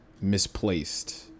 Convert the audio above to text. misplaced